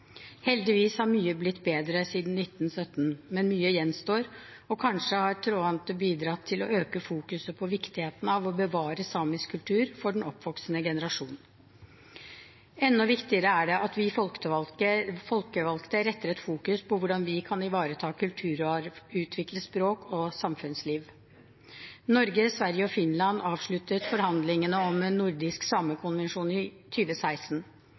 Heldigvis har mye blitt bedre siden 1917, men mye gjenstår, og kanskje har Tråante bidratt til å øke fokuset på viktigheten av å bevare samisk kultur for den oppvoksende generasjonen. Enda viktigere er det at vi folkevalgte retter et fokus på hvordan vi kan ivareta kulturarv og utvikle språk og samfunnsliv. Norge, Sverige og Finland avsluttet forhandlingene om en nordisk samekonvensjon i